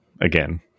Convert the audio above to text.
again